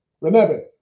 Remember